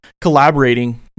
collaborating